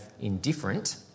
indifferent